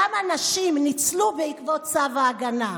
כמה נשים ניצלו בעקבות צו הגנה.